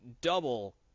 double